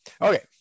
Okay